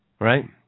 Right